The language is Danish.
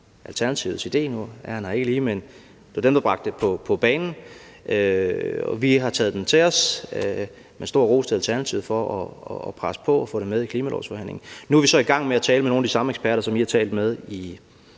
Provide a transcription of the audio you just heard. Alternativets idé, det var dem, der bragte det på bane, og vi har taget ideen til os. Men stor ros til Alternativet for at presse på og få det med i klimalovsforhandlingerne. Nu er vi så i gang med at tale med nogle af de samme eksperter, interessenter